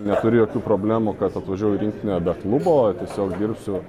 neturiu jokių problemų kad atvažiuoju į rinktinę be klubo tiesiog dirbsiu